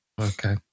okay